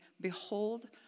Behold